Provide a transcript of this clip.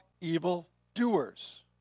evildoers